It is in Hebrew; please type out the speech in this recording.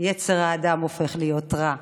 יצר האדם הופך להיות רע.